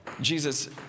Jesus